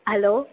હાલો